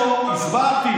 30 שנה, הסברתי.